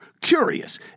curious